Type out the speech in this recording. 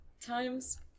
times